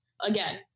Again